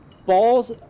balls